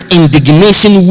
indignation